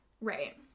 Right